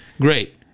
Great